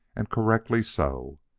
and correctly so.